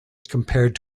compared